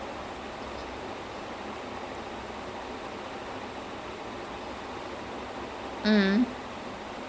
actually you're right sia I think like even for ஆம்பள:ambala like the movie was stupid but then like the music was not bad